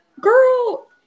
Girl